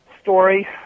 story